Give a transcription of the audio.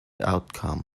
outcome